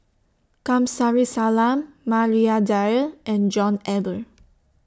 Kamsari Salam Maria Dyer and John Eber